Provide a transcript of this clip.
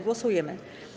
Głosujemy.